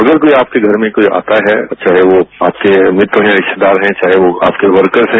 अगर कोई आपके घर में कोई आता है तो चाहे वह आपके मित्र हैं रिश्तेदार हैं चाहे वह आपके वर्कर्स हैं